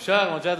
אפשר, מג'אדלה?